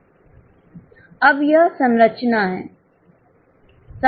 अब यह संरचना है